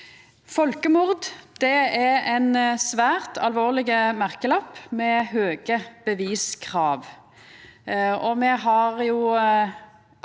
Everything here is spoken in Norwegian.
Folkemord er ein svært alvorleg merkelapp med høge beviskrav.